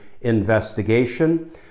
investigation